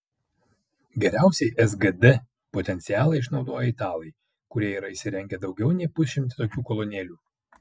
geriausiai sgd potencialą išnaudoja italai kurie yra įsirengę daugiau nei pusšimtį tokių kolonėlių